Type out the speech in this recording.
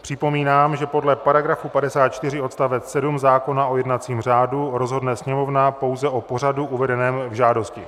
Připomínám, že podle § 54 odst. 7 zákona o jednacím řádu, rozhodne Sněmovna pouze o pořadu uvedeném v žádosti.